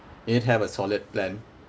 you need to have a solid plan